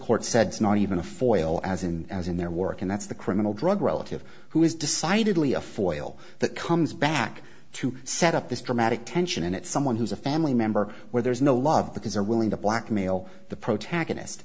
court said not even a foil as in as in their work and that's the criminal drug relative who is decidedly a for oil that comes back to set up this dramatic tension and it's someone who's a family member where there's no love because they're willing to blackmail the protagonist